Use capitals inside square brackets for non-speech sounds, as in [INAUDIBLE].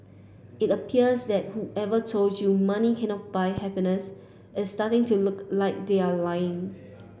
it appears that [HESITATION] whoever told you money cannot buy happiness is starting to look like they are lying